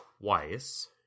twice